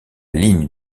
ligne